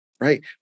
right